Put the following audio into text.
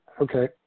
okay